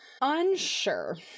unsure